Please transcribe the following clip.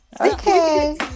Okay